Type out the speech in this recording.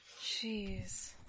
Jeez